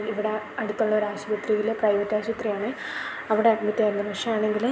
ഇവിടെ അടുത്തുള്ള ഒരാശുപത്രിയിൽ പ്രൈവറ്റ് ആശുപത്രി ആണ് അവിടെ അഡ്മിറ്റായതിന് ശേഷമാണെങ്കിൽ